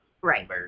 Right